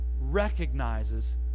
recognizes